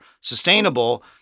sustainable